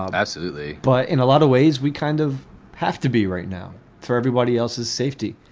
um absolutely. but in a lot of ways, we kind of have to be right now for everybody else's safety